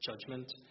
judgment